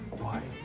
why,